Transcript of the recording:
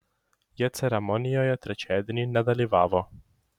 jie ceremonijoje trečiadienį nedalyvavo